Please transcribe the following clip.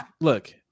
look